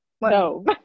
no